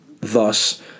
thus